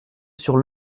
sur